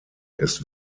ist